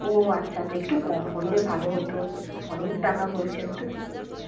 ও আচ্ছা আচ্ছা একটু কম করলে ভালো হতো অনেক টাকা বলছেন তো